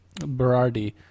Berardi